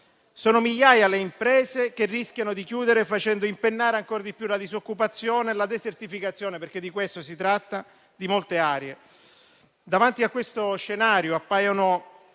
Sono migliaia le imprese che rischiano di chiudere facendo impennare ancora di più la disoccupazione e la desertificazione - perché di questo si tratta - di molte aree.